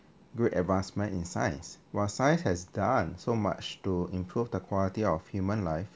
great advancement in science while science has done so much to improve the quality of human life